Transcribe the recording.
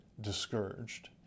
discouraged